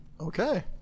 Okay